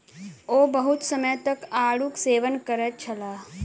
ओ बहुत समय तक आड़ूक सेवन करैत छलाह